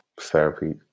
Therapy